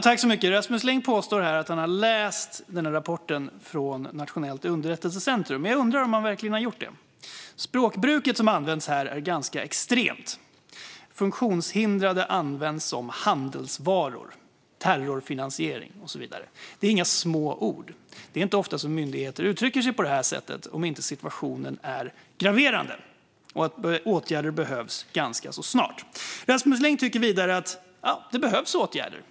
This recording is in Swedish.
Fru talman! Rasmus Ling påstår att han har läst rapporten från Nationellt underrättelsecentrum, men jag undrar om han verkligen har gjort det. Språkbruket som används här är ganska extremt - funktionshindrade används som handelsvaror, terrorfinansiering och så vidare. Det är inga små ord. Det är inte ofta myndigheter uttrycker sig på det sättet, om inte situationen är graverande och åtgärder behövs ganska snart. Rasmus Ling tycker vidare att det behövs åtgärder.